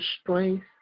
strength